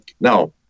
Now